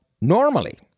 normally